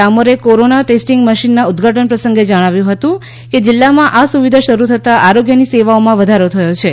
ડામોરે corona testing મશીનના ઉદ્વાટન પ્રસંગે જણાવ્યું હતું કે જિલ્લામાં આ સુવિધા શરૂ થતા આરોગ્યની સેવાઓમાં વધારો થયો છે